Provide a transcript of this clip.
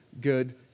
good